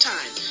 Time